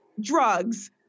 Drugs